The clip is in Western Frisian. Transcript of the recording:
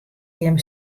jim